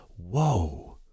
whoa